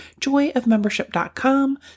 joyofmembership.com